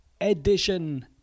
edition